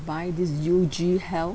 by this U_G health~